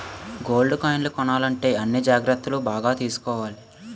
gold కాయిన్లు కొనాలంటే అన్ని జాగ్రత్తలు బాగా తీసుకోవాలి